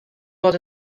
bod